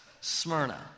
Smyrna